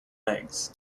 legs